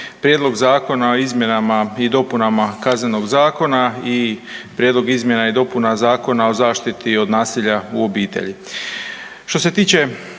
Hvala vam.